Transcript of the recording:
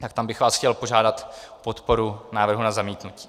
Tak tam bych vás chtěl požádat o podporu návrhu na zamítnutí.